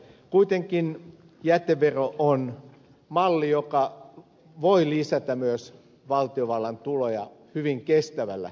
kuitenkin jätevero on malli joka voi lisätä myös valtiovallan tuloja hyvin kestävällä tavalla